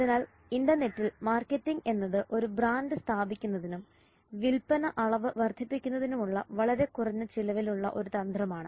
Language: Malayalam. അതിനാൽ ഇന്റർനെറ്റിൽ മാർക്കറ്റിംഗ് എന്നത് ഒരു ബ്രാൻഡ് സ്ഥാപിക്കുന്നതിനും വിൽപ്പന അളവ് വർദ്ധിപ്പിക്കുന്നതിനുമുള്ള വളരെ കുറഞ്ഞ ചിലവിലുള്ള ഒരു തന്ത്രമാണ്